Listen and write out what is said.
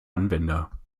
anwender